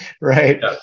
right